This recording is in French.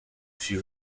fut